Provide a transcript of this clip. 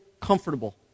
comfortable